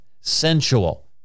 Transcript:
sensual